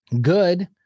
good